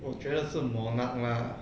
我觉得是 monarch lah